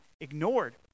ignored